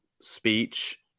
speech